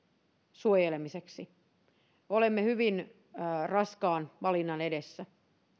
suojelemiseksi olemme hyvin raskaan valinnan edessä